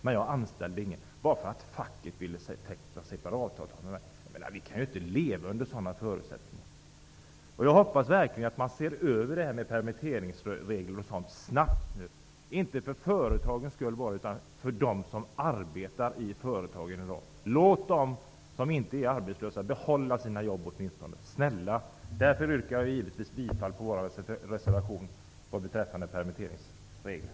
Men jag anställde ingen bara för att facket ville teckna separatavtal med mig. Vi kan inte leva under sådana förutsättningar! Jag hoppas verkligen att man ser över det här med permitteringsregler och sådant snabbt -- inte bara för företagens skull utan för dem som arbetar i företagen i dag. Låt åtminstone dem som inte är arbetslösa behålla sina jobb, är ni snälla! Jag yrkar givetvis bifall till vår reservation beträffande permitteringsregler.